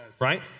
Right